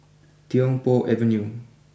Tiong Poh Avenue